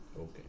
Okay